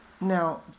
now